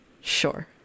Sure